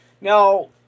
Now